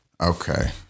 okay